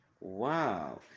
Wow